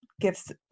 gives